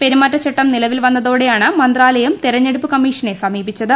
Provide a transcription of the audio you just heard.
പെരുമാറ്റ ചട്ടം നിലവിൽ വന്നതോടെയാണ് മന്ത്രാലയം തെരഞ്ഞെടുപ്പ് കമ്മീഷനെ സമീപിച്ചത്